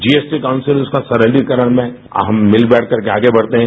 GST council उसका सरलीकरण में हम मिल बैठककर आगे बढ़ते हैं